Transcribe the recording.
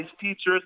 teachers